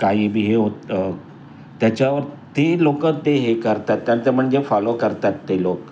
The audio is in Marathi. काही बी हे होत त्याच्यावर ती लोकं ते हे करतात त्यांचं म्हणजे फॉलो करतात ते लोक